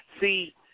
See